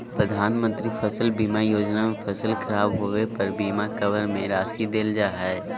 प्रधानमंत्री फसल बीमा योजना में फसल खराब होबे पर बीमा कवर में राशि देल जा हइ